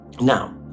Now